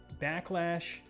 backlash